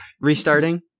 restarting